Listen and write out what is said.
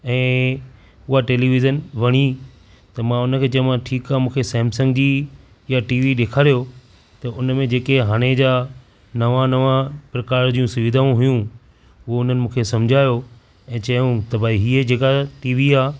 ऐं उहा टेलीविज़न वणी त मां हुन खे चयोमांसि ठीकु आहे मूंखे सैमसंग जी जा टीवी ॾेखारियो त हुन में जेके हाणे जा नवा नवा प्रकार जूं सुविधाऊं हुयूं उहो हुननि मूंखे सम्झायो ऐं चयूं त भई हीअ जेका टीवी आहे